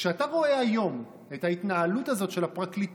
כשאתה רואה היום את ההתנהלות של הפרקליטות,